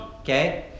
okay